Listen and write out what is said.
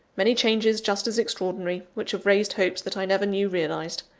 many changes just as extraordinary, which have raised hopes that i never knew realised.